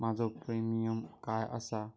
माझो प्रीमियम काय आसा?